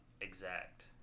exact